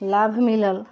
लाभ मिलल